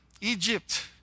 Egypt